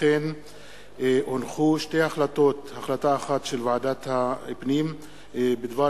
שתי החלטות: החלטת ועדת הפנים בדבר